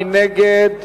מי נגד?